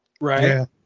Right